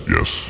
Yes